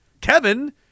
Kevin